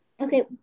Okay